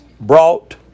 brought